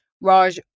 Raj